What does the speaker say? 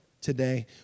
today